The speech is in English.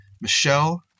Michelle